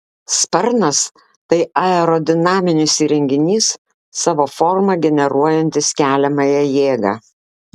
sparnas tai aerodinaminis įrenginys savo forma generuojantis keliamąją jėgą